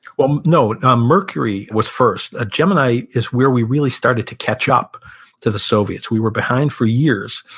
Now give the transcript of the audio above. well, no. um mercury was first. ah gemini is where we really started to catch up to the soviets. we were behind for years,